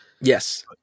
Yes